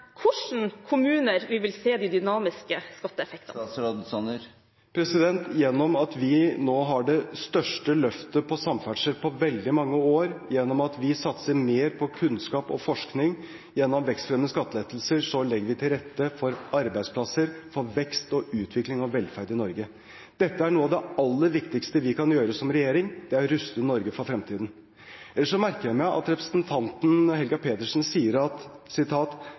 kommuner vi vil se de dynamiske skatteeffektene? Gjennom at vi nå har det største løftet på samferdsel på veldig mange år, gjennom at vi satser mer på kunnskap og forskning, og gjennom vekstfremmende skattelettelser legger vi til rette for arbeidsplasser, for vekst, utvikling og velferd i Norge. Dette er noe av det aller viktigste vi som regjering kan gjøre: å ruste Norge for fremtiden. Jeg merker meg ellers at representanten Helga Pedersen sier at